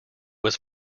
was